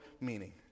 meaning